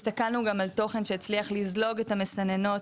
הסתכלנו גם על תוכן שהצליח לזלוג את המסננות